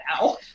now